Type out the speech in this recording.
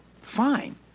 fine